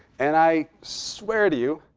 and i swear to you,